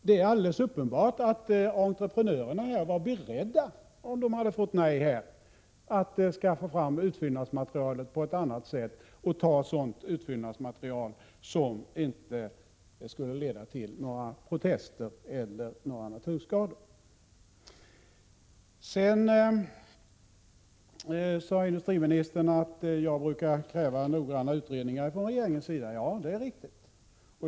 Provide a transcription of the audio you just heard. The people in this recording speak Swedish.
Det är alldeles uppenbart att entreprenörerna — om de hade fått nej — var beredda att skaffa fram utfyllnadsmaterialet på ett annat sätt, som inte skulle leda till några protester eller naturskador. Industriministern sade också att jag brukar kräva noggranna utredningar från regeringens sida. Ja, det är riktigt.